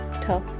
tough